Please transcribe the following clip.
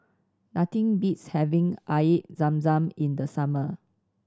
nothing beats having Air Zam Zam in the summer